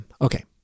okay